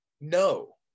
No